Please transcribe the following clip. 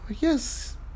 yes